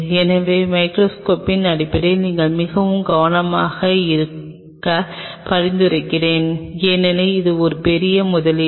எனவே மைக்ரோஸ்கோப்பின் அடிப்படையில் நீங்கள் மிகவும் கவனமாக இருக்க பரிந்துரைக்கிறேன் ஏனெனில் இது ஒரு பெரிய முதலீடு